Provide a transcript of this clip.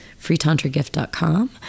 freetantragift.com